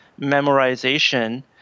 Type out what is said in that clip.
memorization